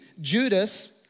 Judas